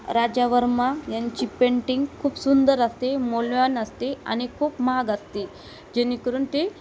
राजावर्मा यांची पेंटिंग खूप सुंदर असते मौल्यवान असते आणि खूप महाग असते जेणेकरून ती